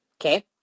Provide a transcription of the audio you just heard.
Okay